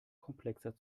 komplexer